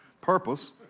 purpose